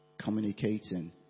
communicating